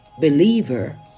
believer